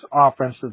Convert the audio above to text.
offensive